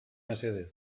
mesedez